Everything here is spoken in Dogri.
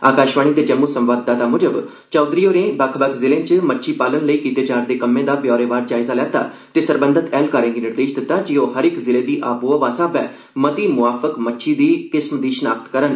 आकाशवाणी दे जम्मू संवाददाता मुजब चैधरी होरें बक्ख बक्ख जिलें च मच्छी पालन लेई कीते जा'रदे कम्में दा ब्यौरेवार जायजा लैता ते सरबंधत ऐहलकारें गी निर्देश दित्ता जे ओह हर इक जिले दी आबो हवा स्हाबै मती मुआफिक मच्छी दी किस्म दी शिनाख्त करन